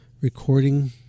recording